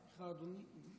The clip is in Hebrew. סליחה, אדוני.